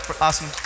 awesome